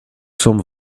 sommes